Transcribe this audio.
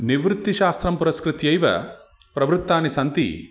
निवृत्तिशास्त्रं पुरस्कृत्यैव प्रवृत्तानि सन्ति